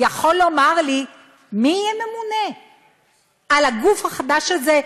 יכול לומר לי מי יהיה ממונה על הגוף החדש הזה,